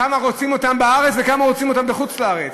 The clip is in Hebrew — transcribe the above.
כמה רוצים אותם בארץ וכמה רוצים אותם בחוץ-לארץ.